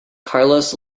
carlos